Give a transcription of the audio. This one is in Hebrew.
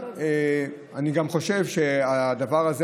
אני גם חושב שהדבר הזה,